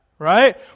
Right